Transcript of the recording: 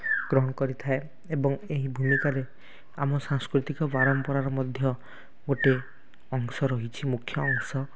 ଗ୍ରହଣ କରିଥାଏ ଏବଂ ଏହି ଭୂମିକାରେ ଆମ ସାଂସ୍କୃତିକ ପରମ୍ପରାର ମଧ୍ୟ ଗୋଟେ ଅଂଶ ରହିଛି ମୁଖ୍ୟ ଅଂଶ